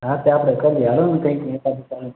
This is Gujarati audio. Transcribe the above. હા તે આપણે કરીએ ચાલોને કંઇક એકાદું